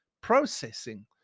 processing